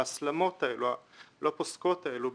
בהסלמות שלא פוסקות האלו,